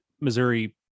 Missouri